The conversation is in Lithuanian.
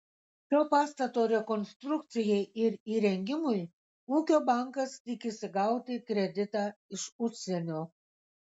šio pastato rekonstrukcijai ir įrengimui ūkio bankas tikisi gauti kreditą iš užsienio